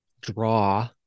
draw